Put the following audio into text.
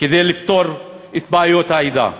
כדי לפתור את בעיות העדה.